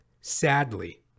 sadly